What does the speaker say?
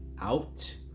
out